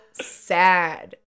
sad